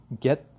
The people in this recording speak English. get